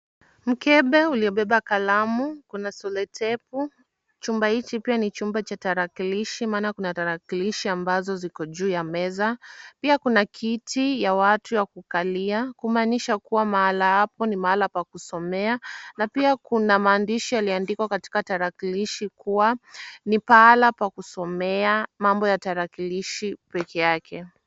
Mkebe uliobeba kalamu, kuna selotepu, chumba hiki pia ni chumba cha tarakilishi maana kuna tarakilishi ambazo ziko juu ya meza. Pia kuna kiti ya watu ya kukalia kumaanisha kuwa mahala hapo ni mahala pa kusomea na pia kuna maandishi yaliyoandikwa katika tarakilishi kuwa ni pahali pa kusomea mambo ya tarakilishi pekee yake.